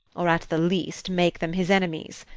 or, at the least, make them his enemies.